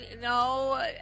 no